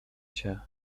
cię